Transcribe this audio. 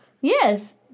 Yes